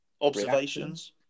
observations